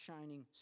shining